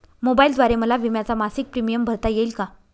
मोबाईलद्वारे मला विम्याचा मासिक प्रीमियम भरता येईल का?